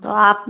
तो आप